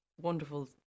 wonderful